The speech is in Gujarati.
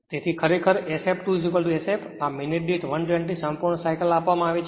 તેથી ખરેખર Sf2Sf આ મિનિટ દીઠ 120 સંપૂર્ણ સાઇકલ આપવામાં આવે છે